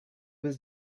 was